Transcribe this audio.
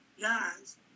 guys